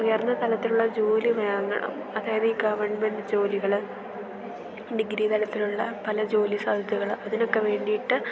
ഉയർന്ന തലത്തിലുള്ള ഒരു ജോലി വാങ്ങണം അതായത് ഈ ഗവൺമെൻ്റ് ജോലികൾ ഡിഗ്രി തലത്തിലുള്ള പല ജോലി സാധ്യതകൾ അതിനൊക്കെ വേണ്ടിയിട്ട്